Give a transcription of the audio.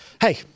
hey